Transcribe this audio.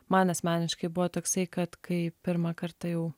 man asmeniškai buvo toksai kad kai pirmą kartą jau